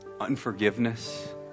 unforgiveness